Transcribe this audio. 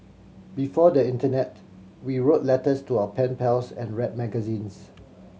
before the internet we wrote letters to our pen pals and read magazines